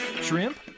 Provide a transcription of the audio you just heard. shrimp